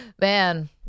Man